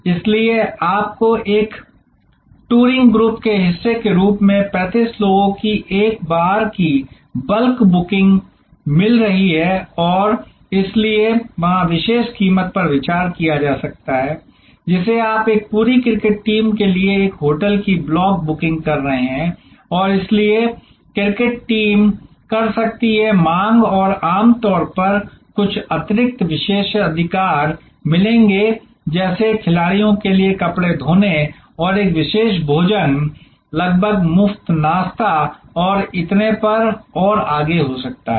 इसलिए आपको एक टूरिंग ग्रुप के हिस्से के रूप में 35 लोगों की एक बार की बल्क बुकिंग मिल रही है और इसलिए वहाँ विशेष कीमत पर विचार किया जा सकता है जिसे आप एक पूरी क्रिकेट टीम के लिए एक होटल की ब्लॉक बुकिंग कर रहे हैं और इसलिए क्रिकेट टीम कर सकती है मांग और आम तौर पर कुछ अतिरिक्त विशेषाधिकार मिलेंगे जैसे खिलाड़ियों के लिए कपड़े धोने और एक विशेष भोजन लगभग मुफ्त नाश्ता और इतने पर और आगे हो सकता है